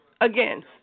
again